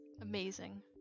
Amazing